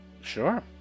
Sure